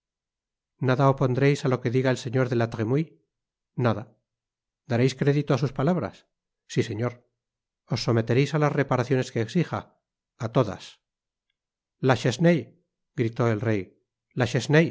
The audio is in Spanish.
opondréis á lo que diga el señor de la tremouille nada dareis crédito á sus palabras si señor os sometereis á las reparaciones que exija a todas la chesnaye gritó el rey